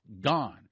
gone